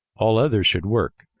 all others should work,